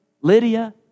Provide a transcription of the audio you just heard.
Lydia